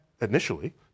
initially